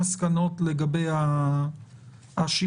לזה אנחנו כבר מוכנים --- בסדר.